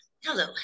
Hello